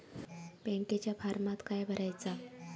बँकेच्या फारमात काय भरायचा?